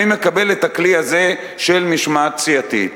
אני מקבל את הכלי הזה של משמעת סיעתית.